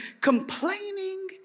Complaining